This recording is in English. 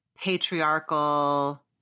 patriarchal